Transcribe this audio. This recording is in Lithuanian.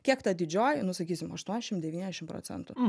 kiek ta didžioji nu sakysim aštuoniasdešim devyniasdešim procentų